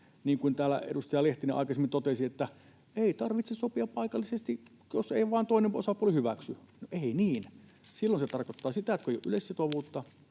niin kuin täällä edustaja Lehtinen aikaisemmin totesi, ei tarvitse sopia paikallisesti, jos vain ei toinen osapuoli hyväksy. No ei niin. Silloin se tarkoittaa sitä, että kun ei ole yleissitovuutta,